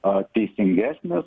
o teisingesnis